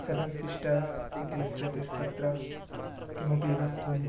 seven sister इति उच्यते तत्र किमपि वस्तूनि